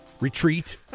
retreat